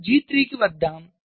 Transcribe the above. ఇప్పుడు G 3 కి వద్దాం